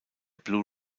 blue